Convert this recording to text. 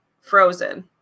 Frozen